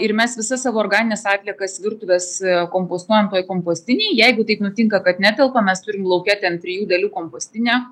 ir mes visas savo organines atliekas virtuvės kompostuojam toj kompostinėj jeigu taip nutinka kad netelpa mes turime lauke ten trijų dalių kompostinę